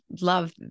love